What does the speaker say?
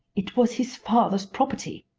it was his father's property,